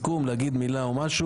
להגיד מילה או דבר מה.